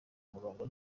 murongo